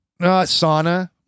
sauna